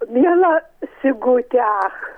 miela sigute ach